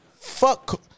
Fuck